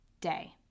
day